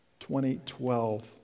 2012